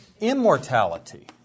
immortality